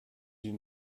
sie